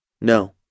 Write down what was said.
No